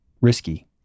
risky